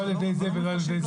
לא על ידי זה ולא על ידי זה?